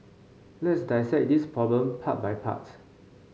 let's dissect this problem part by part